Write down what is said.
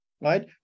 right